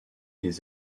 des